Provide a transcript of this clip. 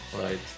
Right